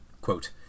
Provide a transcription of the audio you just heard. Quote